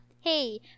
hey